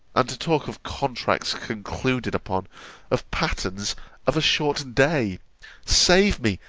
and to talk of contracts concluded upon of patterns of a short day save me,